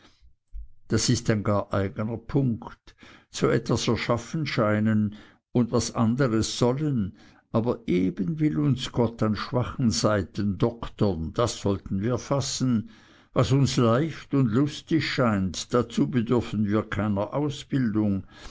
das ist gar ein eigner punkt zu etwas erschaffen scheinen und was anderes sollen aber eben will uns gott an schwachen seiten doktern das sollten wir fassen was uns leicht geht und lustig scheint dazu bedürfen wir keiner ausbildung